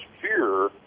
fear